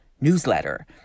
newsletter